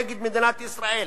נגד מדינת ישראל".